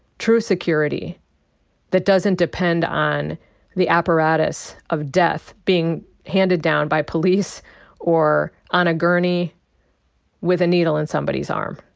true security that doesn't depend on the apparatus of death being handed down by police or on a gurney with a needle in somebody's arm.